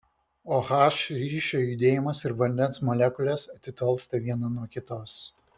o h ryšio judėjimas ir vandens molekulės atitolsta viena nuo kitos